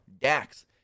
Dax